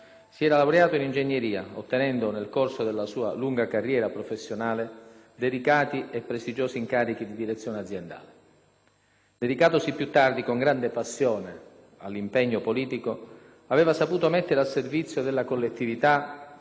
si era laureato in ingegneria, ottenendo, nel corso della sua lunga carriera professionale, delicati e prestigiosi incarichi di direzione aziendale. Dedicatosi più tardi, con grande passione, all'impegno politico, aveva saputo mettere al servizio della collettività